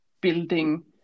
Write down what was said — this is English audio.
building